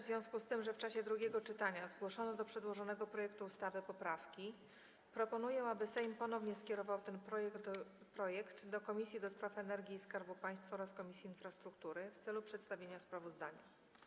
W związku z tym, że w czasie drugiego czytania zgłoszono do przedłożonego projektu ustawy poprawki, proponuję, aby Sejm ponownie skierował ten projekt do Komisji do Spraw Energii i Skarbu Państwa oraz Komisji Infrastruktury w celu przedstawienia sprawozdania.